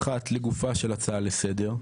היא מגישה המון הצעות לסדר,